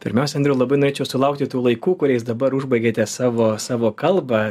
pirmiausia andriau labai norėčiau sulaukti tų laikų kuriais dabar užbaigėte savo savo kalbą